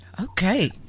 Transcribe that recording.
Okay